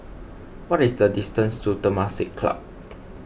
what is the distance to Temasek Club